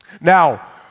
Now